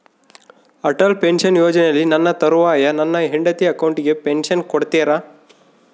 Atal pension ಯೋಜನೆಯಲ್ಲಿ ನನ್ನ ತರುವಾಯ ನನ್ನ ಹೆಂಡತಿ ಅಕೌಂಟಿಗೆ ಪೆನ್ಶನ್ ಕೊಡ್ತೇರಾ?